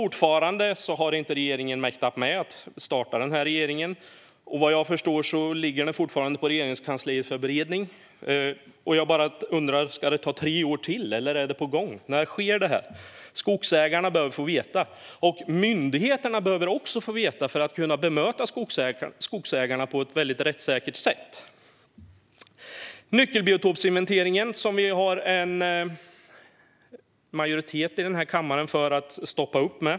Regeringen har fortfarande inte mäktat med att starta denna översyn. Vad jag förstår ligger den fortfarande i Regeringskansliet för beredning. Jag undrar bara: Ska detta ta tre år till, eller är det på gång? När sker det? Skogsägarna behöver få veta, och myndigheterna behöver också få veta det för att kunna bemöta skogsägarna på ett rättssäkert sätt. Nyckelbiotopsinventeringen finns det en majoritet här i kammaren för att stoppa.